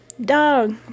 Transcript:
dog